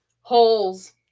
holes